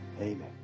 Amen